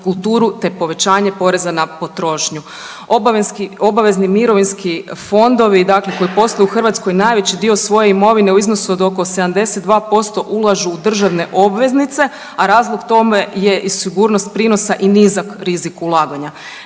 kulturu te povećanje poreza na potrošnju. Obavezni mirovinski fondovi dakle koji posluju u Hrvatskoj najveći dio svoje imovine u iznosu od oko 72% ulažu u državne obveznice, a razlog tome je i sigurnost prinosa i nizak rizik ulaganja.